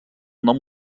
nom